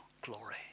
glory